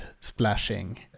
splashing